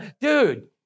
Dude